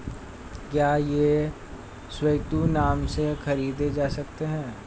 क्या ये संयुक्त नाम से खरीदे जा सकते हैं?